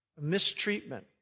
Mistreatment